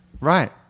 Right